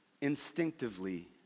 instinctively